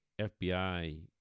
FBI